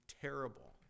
terrible